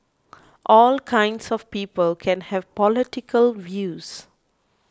all kinds of people can have political views